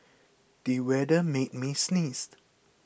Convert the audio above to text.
the weather made me sneeze